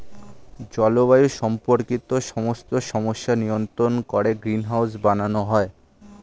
জলবায়ু সম্পর্কিত সমস্ত সমস্যা নিয়ন্ত্রণ করে গ্রিনহাউস বানানো হয়